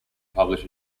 publish